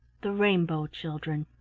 the rainbow children.